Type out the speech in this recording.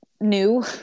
new